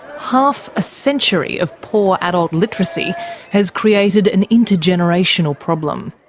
half a century of poor adult literacy has created an intergenerational problem.